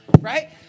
right